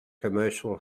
commercial